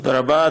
תודה רבה.